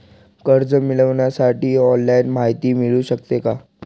कर्ज मिळविण्यासाठी ऑनलाईन माहिती मिळू शकते का?